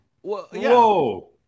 whoa